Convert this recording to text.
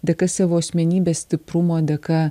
dėka savo asmenybės stiprumo dėka